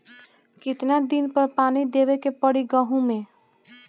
कितना दिन पर पानी देवे के पड़ी गहु में?